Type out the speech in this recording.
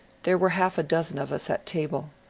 there were half a dozen of us at table.